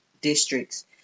districts